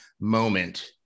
Moment